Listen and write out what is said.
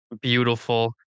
beautiful